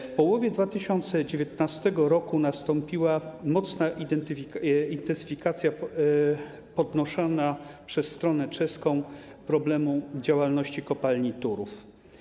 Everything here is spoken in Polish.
W połowie 2019 r. nastąpiła mocna intensyfikacja podnoszenia przez stronę czeską problemu działalności kopalni Turów.